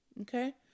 Okay